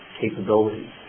capabilities